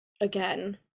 again